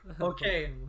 Okay